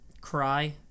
Cry